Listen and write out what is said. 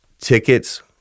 tickets